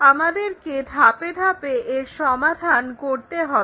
আমাদেরকে ধাপে ধাপে এর সমাধান করতে হবে